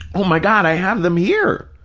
oh, my god, i have them here.